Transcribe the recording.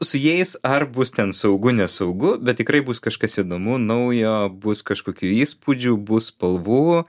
su jais ar bus ten saugu nesaugu bet tikrai bus kažkas įdomu naujo bus kažkokių įspūdžių bus spalvų